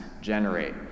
generate